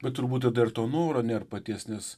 bet turbūt dar to noro nėr paties nes